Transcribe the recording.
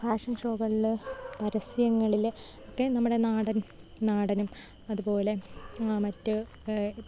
fashion ഷോകൾള് പരസ്യങ്ങളില് ഒക്കെ നമ്മുടെ നാടൻ നാടനും അത്പോലെ മറ്റ്